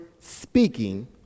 speaking